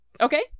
okay